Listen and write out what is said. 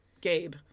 Gabe